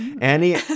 Annie